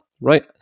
Right